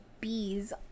bees